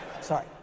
Sorry